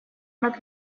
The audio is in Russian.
над